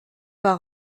pas